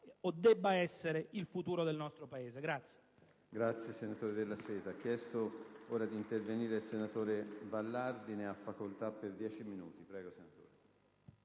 o debba essere il futuro del nostro Paese.*(Applausi